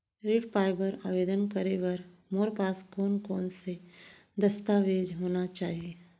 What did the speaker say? ऋण पाय बर आवेदन करे बर मोर पास कोन कोन से दस्तावेज होना चाही?